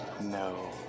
No